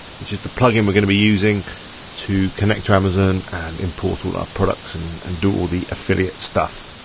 which is the plugin we're going to be using to connect to amazon and import all our products and and do all the affiliate stuff.